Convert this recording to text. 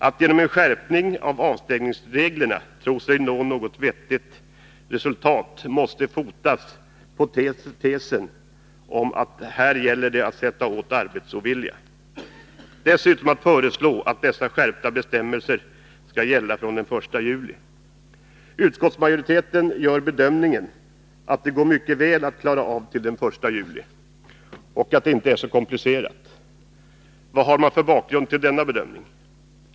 Att genom en skärpning av avstängningsreglerna tro sig nå något vettigt resultat måste vara fotat på tesen att det här gäller att sätta åt arbetsovilliga. Detsamma gäller beträffande förslaget att dessa skärpta bestämmelser skall gälla från den 1 juli. Utskottsmajoriteten gör bedömningen att detta mycket väl går att klara av till den 1 juli och att det inte är så komplicerat. Vad har man för bakgrund till den bedömningen?